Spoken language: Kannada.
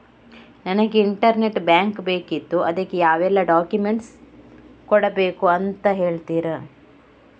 ನನಗೆ ಇಂಟರ್ನೆಟ್ ಬ್ಯಾಂಕ್ ಬೇಕಿತ್ತು ಅದಕ್ಕೆ ಯಾವೆಲ್ಲಾ ಡಾಕ್ಯುಮೆಂಟ್ಸ್ ಕೊಡ್ಬೇಕು ಅಂತ ಹೇಳ್ತಿರಾ?